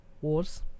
Wars